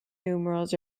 numerals